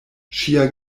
ŝia